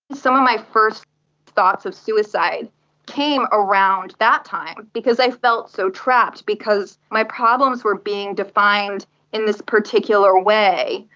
some of my first thoughts of suicide came around that time because i felt so trapped because my problems were being defined in this particular way,